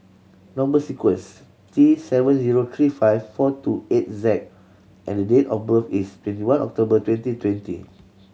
number sequence is T seven zero three five four two eight Z and date of birth is twenty one October twenty twenty